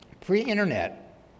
pre-internet